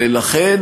ולכן,